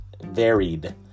varied